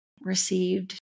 received